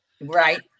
right